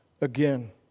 again